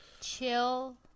Chill